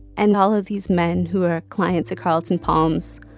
and all of these men, who are clients at carlton palms,